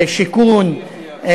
שיכון,